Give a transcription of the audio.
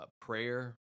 prayer